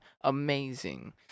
Amazing